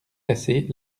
casser